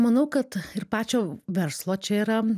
manau kad ir pačio verslo čia yra